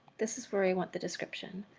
this is where i want the description